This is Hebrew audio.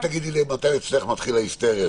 רק תגידי לי מתי אצלך מתחילה ההיסטריה.